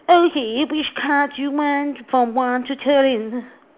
okay which card you want from one to thirteen